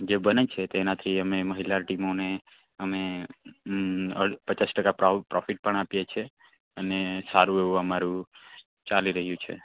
જે બને છે તેનાથી અમે મહિલા ટીમોને અમે પચાસ ટકા પ્રોફીટ પણ આપીએ છીએ અને સારું એવું અમારું ચાલી રહ્યું છે